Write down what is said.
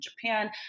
Japan